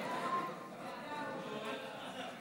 לוועדה את